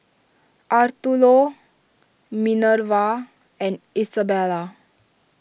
Arturo Minervia and Isabela